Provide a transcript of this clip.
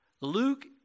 Luke